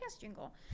jingle